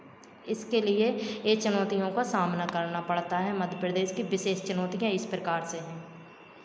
इसके लिए ये चुनौतियों का सामना करना पड़ता है मध्य प्रदेश की विशेष चुनौतियाँ इस प्रकार से हैं